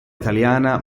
italiana